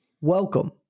Welcome